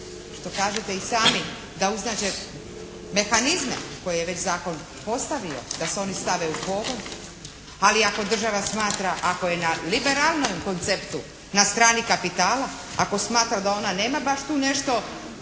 što kažete i sami da uznađe mehanizme koje je već zakon postavio da se oni stave u pogon. Ali ako država smatra, ako je na liberalnom konceptu na strani kapitala, ako smatra da ona nema baš tu nešto